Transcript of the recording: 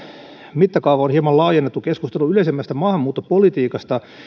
mittakaava on hieman laajennettu keskusteluun yleisemmästä maahanmuuttopolitiikasta